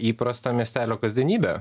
įprastą miestelio kasdienybę